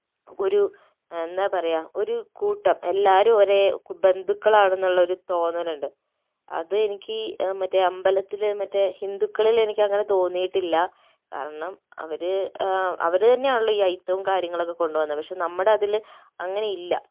ഒരു എന്താ പറയുക ഒരു കൂട്ടം എല്ലാവരും ഒരേ ബന്ധുക്കളാണെന്നുള്ളൊരു തോന്നലുണ്ട് അതേ എനിക്ക് മറ്റേ അമ്പലത്തിൽ മറ്റേ ഹിന്ദുക്കളിലെനിക്ക് അങ്ങനെ തോന്നിയിട്ടില്ല കാരണം അവർ അവർ തന്നെയാണല്ലോ ഈ ആയിത്തവും കാര്യങ്ങളൊക്കെ കൊണ്ട് വന്നത് പക്ഷെ നമ്മുടെ അതിൽ അങ്ങനെയില്ല